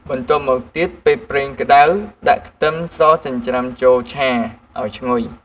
បន្តមកទៀតពេលប្រេងក្តៅ ដាក់ខ្ទឹមសចិញ្ច្រាំចូលឆាឱ្យឈ្ងុយ។